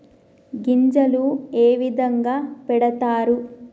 గింజలు ఏ విధంగా పెడతారు?